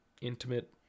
intimate